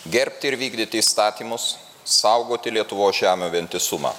gerbti ir vykdyti įstatymus saugoti lietuvos žemių vientisumą